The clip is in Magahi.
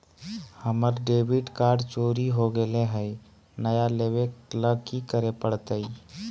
हमर डेबिट कार्ड चोरी हो गेले हई, नया लेवे ल की करे पड़तई?